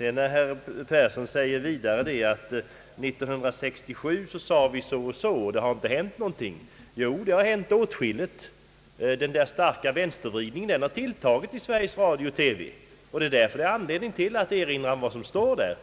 Herr Fritz Persson säger vidare att vi år 1967 sade så och så, men ingenting har hänt. Jo, det har hänt åtskilligt. Vänstervridningen har tilltagit inom Sveriges Radio/TV. Därför finns det anledning att påpeka vad som har sagts härom, nämligen